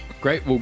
Great